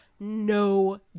no